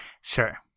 Sure